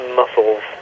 muscles